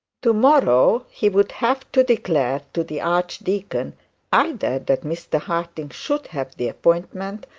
to-morrow he would have to declare to the archdeacon either that mr harding should have the appointment,